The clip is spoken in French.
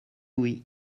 oui